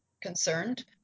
concerned